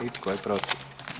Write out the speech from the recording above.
I tko je protiv?